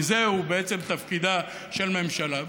כי זהו בעצם תפקידה של ממשלה,